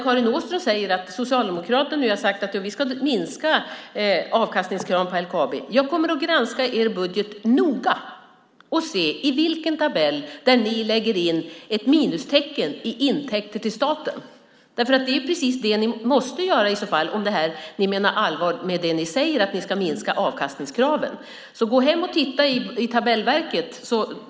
Karin Åström säger att Socialdemokraterna har sagt att de ska minska avkastningskraven på LKAB. Jag kommer att granska er budget noga och se i vilken tabell ni lägger in ett minustecken i intäkter till staten. Det är precis det ni måste göra om ni menar allvar med det ni säger, nämligen att ni ska minska avkastningskraven. Gå hem och titta i tabellverket!